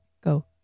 Go